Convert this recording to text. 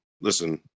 listen